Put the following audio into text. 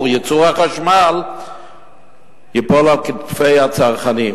ייצור החשמל ייפול על כתפי הצרכנים.